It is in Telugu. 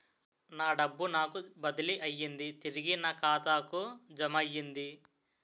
నా డబ్బు నాకు బదిలీ అయ్యింది తిరిగి నా ఖాతాకు జమయ్యింది